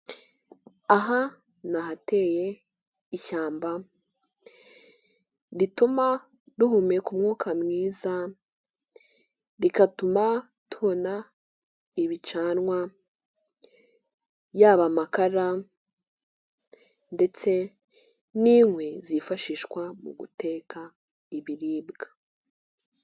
Aha ni ahateye ishyamba rituma duhumeka umwuka mwiza, rigatuma tubona ibicanwa yaba amakara ndetse n'inkwi zifashishwa mu guteka ibiribwa.